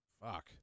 Fuck